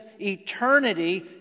eternity